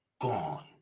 gone